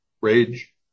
rage